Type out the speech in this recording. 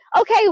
okay